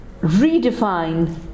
redefine